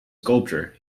sculpture